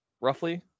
roughly